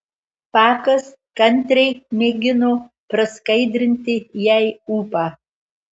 pakas kantriai mėgino praskaidrinti jai ūpą